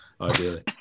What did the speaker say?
ideally